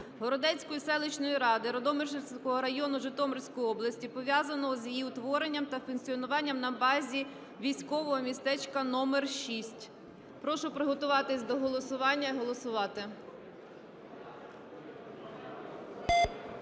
Городоцької селищної ради Радомишльського району Житомирської області, пов'язаних з її утворенням та функціонуванням на базі військового містечка № 6. Прошу приготуватися до голосування і голосувати.